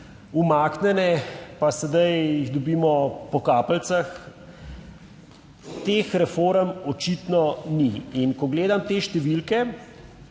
umaknjene, pa sedaj jih dobimo po kapljicah, teh reform očitno ni. In ko gledam te številke,